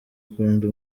kunda